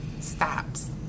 stops